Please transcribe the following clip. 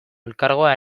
elkargoa